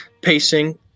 pacing